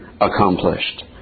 accomplished